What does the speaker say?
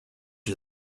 you